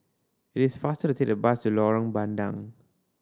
it is faster to take the bus to Lorong Bandang